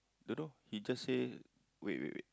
don't know he just say wait wait wait